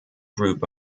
group